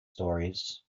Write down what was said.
stories